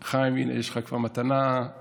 חיים, הינה יש לך כבר מתנה טובה.